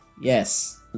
yes